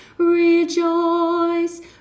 Rejoice